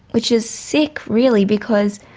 which is sick really because